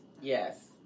yes